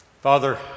Father